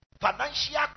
financial